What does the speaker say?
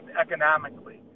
economically